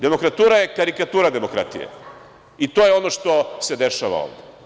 Demokratura je karikatura demokratije, i to je ono što se dešava ovde.